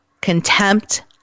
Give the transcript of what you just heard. contempt